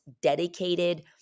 dedicated